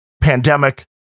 pandemic